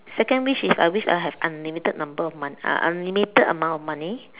second wish is I wish I have unlimited number of mon~ uh uh unlimited amount of money